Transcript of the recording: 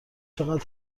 چقدر